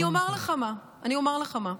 תראה, אני אומר לך מה, אני אומר לך מה: